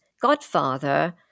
godfather